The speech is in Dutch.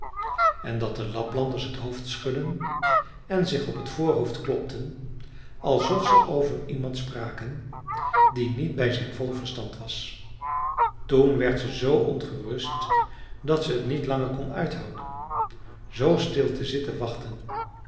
en dat de laplanders het hoofd schudden en zich op t voorhoofd klopten alsof ze over iemand spraken die niet bij zijn volle verstand was toen werd ze zoo ongerust dat ze het niet langer kon uithouden zoo stil te zitten wachten